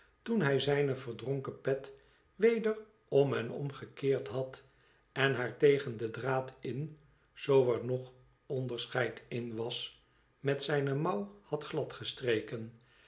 toen hij zijne verdronken pet weder om en om gekeerd had en haar tegen den draad in zoo er nog onderscheid in was met zijne mouw had gladgestreken